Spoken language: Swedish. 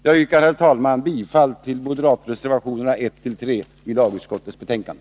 Jag yrkar, herr talman, bifall till de moderata reservationerna 1-3 i lagutskottets betänkande.